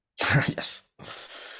Yes